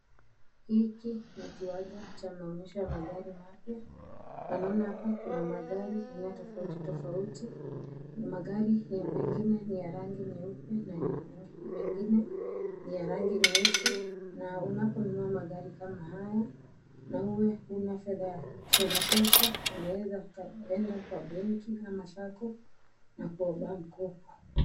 Hiki ni kiwanja wa maonyesho ya magari mapya, na naona hapa kuna magari ya aina tofautitofauti, magari mengine ni ya rangi nyeupe na mengine ni ya rangi nyeusi, na unapo nunua magari kama haya, na uwe huna fendha ya kutosha, unaenda kwa benki ama sacco, na kuomba mkopo.